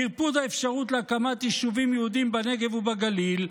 טרפוד האפשרות להקמת יישובים יהודיים בנגב ובגליל,